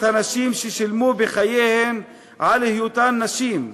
הנשים ששילמו בחייהן על היותן נשים,